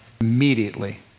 Immediately